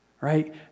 Right